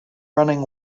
running